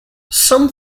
some